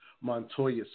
Montoya